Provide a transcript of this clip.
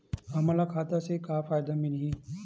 हमन ला खाता से का का फ़ायदा मिलही?